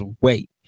wait